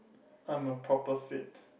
I'm a proper fit